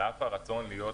האם הבעיה הזו מוכרת